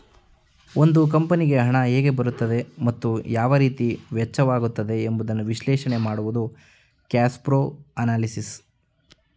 ಒಂದು ಕಂಪನಿಗೆ ಹಣ ಹೇಗೆ ಬರುತ್ತದೆ ಮತ್ತು ಯಾವ ರೀತಿ ವೆಚ್ಚವಾಗುತ್ತದೆ ಎಂಬುದನ್ನು ವಿಶ್ಲೇಷಣೆ ಮಾಡುವುದು ಕ್ಯಾಶ್ಪ್ರೋ ಅನಲಿಸಿಸ್